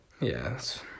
yes